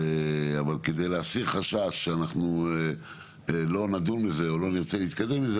אבל כדי להסיר חשש שאנחנו לא נדון בזה או לא נרצה להתקדם עם זה,